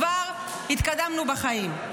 כבר התקדמנו בחיים.